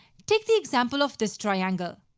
take the example of this triangle.